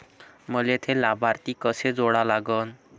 मले थे लाभार्थी कसे जोडा लागन?